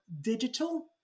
digital